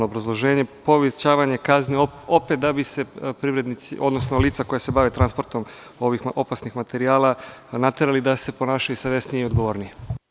Obrazloženje, povećavanje kazni opet da bi se privrednici, odnosno lica koja se bave transportom ovih opasnih materijala naterali da se ponašaju savesnije i odgovornije.